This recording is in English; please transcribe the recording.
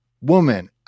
woman